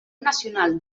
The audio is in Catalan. nacional